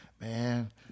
man